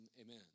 amen